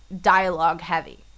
dialogue-heavy